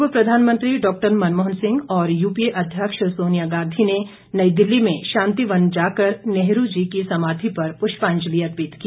पूर्व प्रधानमंत्री डॉ मनमोहन सिंह और यूपीए अध्यक्ष सोनिया गांधी ने नई दिल्ली में शांतिवन जाकर नेहरू जी की समाधि पर पुष्पांजलि अर्पित की